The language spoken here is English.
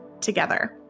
together